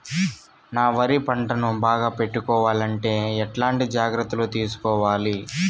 నా వరి పంటను బాగా పెట్టుకోవాలంటే ఎట్లాంటి జాగ్రత్త లు తీసుకోవాలి?